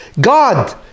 God